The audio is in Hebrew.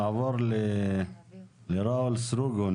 נעבור לראול סטרוגו,